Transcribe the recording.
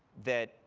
that